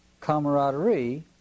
camaraderie